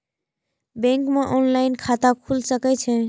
Bank में online खाता खुल सके छे?